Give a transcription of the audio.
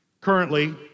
Currently